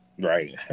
right